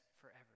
forever